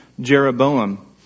Jeroboam